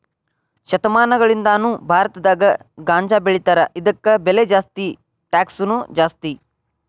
ಶತಮಾನಗಳಿಂದಾನು ಭಾರತದಾಗ ಗಾಂಜಾಬೆಳಿತಾರ ಇದಕ್ಕ ಬೆಲೆ ಜಾಸ್ತಿ ಟ್ಯಾಕ್ಸನು ಜಾಸ್ತಿ